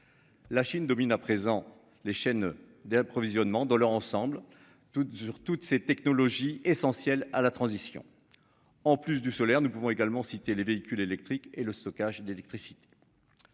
La Chine domine à présent les chaînes d'approvisionnement dans leur ensemble toutes sur toutes ces technologies essentielles à la transition. En plus du solaire. Nous pouvons également les véhicules électriques et le stockage d'électricité.